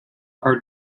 are